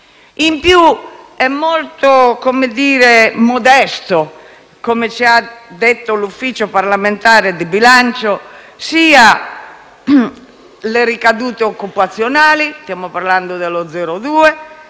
In più, sono molto modesti - come ci ha detto l'Ufficio parlamentare di bilancio - sia le ricadute occupazionali - stiamo parlando dello 0,2